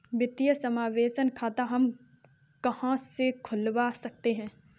वित्तीय समावेशन खाता हम कहां से खुलवा सकते हैं?